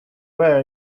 wear